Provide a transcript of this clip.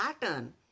pattern